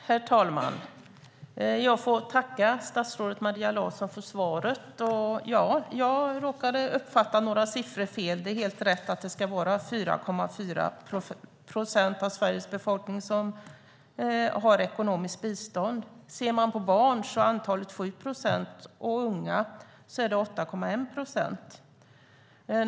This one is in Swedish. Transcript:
Herr talman! Jag tackar statsrådet Maria Larsson för svaret. Ja, jag råkade uppfatta några siffror fel, och det är helt rätt att det ska vara 4,4 procent av Sveriges befolkning som har ekonomiskt bistånd. Bland barn är det 7 procent och bland unga 8,1 procent.